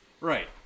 Right